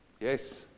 Yes